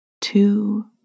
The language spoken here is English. two